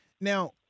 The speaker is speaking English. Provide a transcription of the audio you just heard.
Now